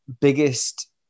biggest